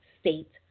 state